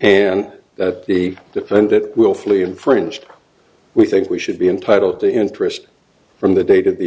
and that the defendant willfully infringed we think we should be entitled to interest from the date of the